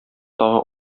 тагы